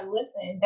Listen